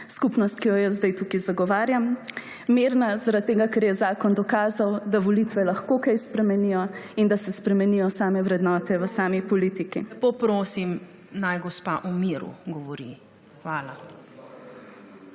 skupnost, ki jo jaz zdaj tukaj zagovarjam. Mirna zaradi tega, ker je zakon dokazal, da volitve lahko kaj spremenijo in da se spremenijo same vrednote v sami politiki. / oglašanje iz dvorane/